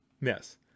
Yes